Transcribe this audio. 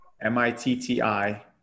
M-I-T-T-I